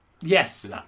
yes